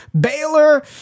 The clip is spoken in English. Baylor